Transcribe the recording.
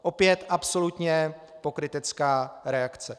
Opět absolutně pokrytecká reakce.